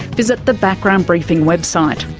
visit the background briefing website.